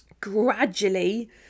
gradually